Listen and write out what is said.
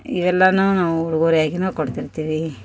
ಇವೆಲ್ಲನು ನಾವು ಉಡುಗೊರೆಯಾಗಿ ಕೊಡ್ತಿರ್ತೀವಿ